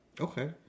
Okay